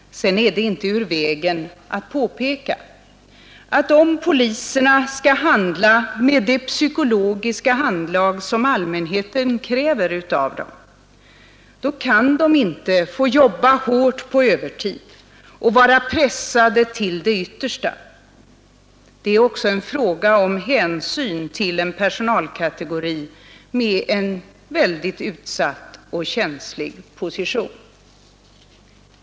Sedan är det inte ur vägen att påpeka att om poliserna skall handla med det psykologiska handlag som allmänheten kräver av dem, kan de inte få jobba hårt på övertid och vara pressade till det yttersta. Det är också en fråga om hänsyn till en personalkategori med en väldigt utsatt och känslig position.